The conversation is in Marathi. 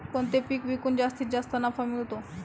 कोणते पीक विकून जास्तीत जास्त नफा मिळतो?